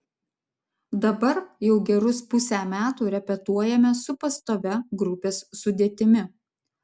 dabar jau gerus pusę metų repetuojame su pastovia grupės sudėtimi